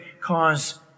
cause